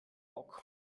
bock